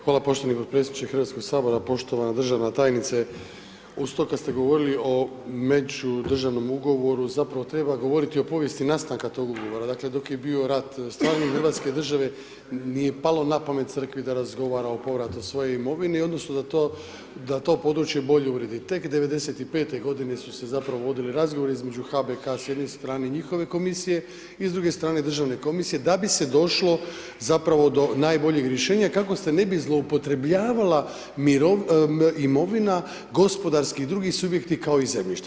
Hvala poštovani podpredsjedniče Hrvatskog sabora, poštovana državna tajnice, uz to kad ste govorili o međudržavnom ugovoru zapravo treba govoriti o povijesti nastanka tog ugovora, dakle dok je bio rat, stvaranjem Hrvatske države nije palo napamet crkvi da razgovara o povratu svoje imovine i odnosno da to područje bolje uredi, tek '95. godine su se zapravo vodili razgovori između HBK s jedne strane njihove komisije i s druge strane državne komisije da bi se došlo zapravo do najboljeg rješenja i kako se ne bi zloupotrebljavala imovina gospodarski i drugi subjekti kao i zemljište.